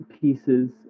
pieces